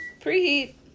Preheat